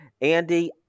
Andy